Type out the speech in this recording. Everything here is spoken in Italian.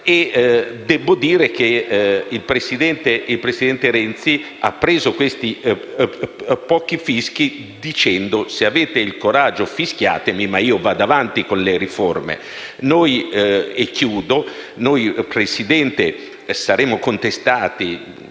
Debbo dire che il presidente Renzi ha preso questi pochi fischi in sostanza dicendo: «Se avete il coraggio fischiatemi, ma io vada avanti con le riforme».